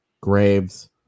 Graves